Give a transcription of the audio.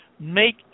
make